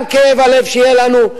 גם כאב הלב שיהיה לנו,